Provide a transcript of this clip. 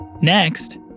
Next